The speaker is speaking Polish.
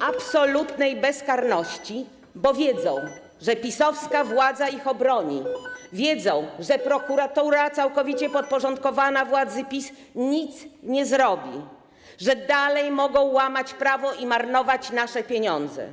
absolutnej bezkarności, bo wiedzą, że PiS-owska władza ich obroni, wiedzą, że prokuratura, całkowicie podporządkowana władzy PiS, nic nie zrobi, że dalej mogą łamać prawo i marnować nasze pieniądze?